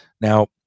Now